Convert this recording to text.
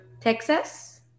Texas